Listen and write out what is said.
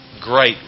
great